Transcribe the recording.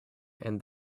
and